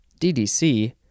DDC